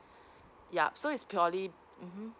yup so is purely (uh huh)